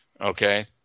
Okay